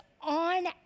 on